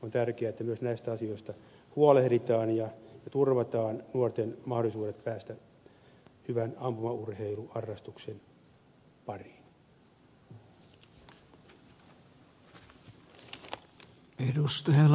on tärkeää että myös näistä asioista huolehditaan ja turvataan nuorten mahdollisuudet päästä hyvän ampumaurheiluharrastuksen pariin